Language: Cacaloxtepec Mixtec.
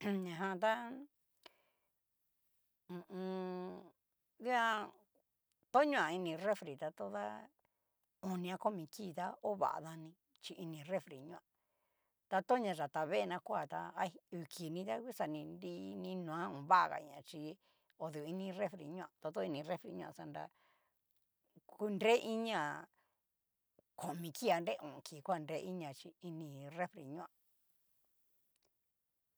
Ajan na jan tá hu u un. dian toñoa ini refri toda, oni a komi kii tá ho va dani chí ini refri ñoa, ta tona yatavee na koa ta hay uu kini ta ngua xa ni nrini noa, ovagaña chí odu ini refri ñoa to to ini refri ñoa xanra kunre inia komi kii a nre o'on kii koanre inia chí ini refri ñoa,